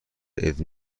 ایدز